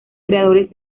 creadores